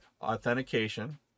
authentication